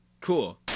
Cool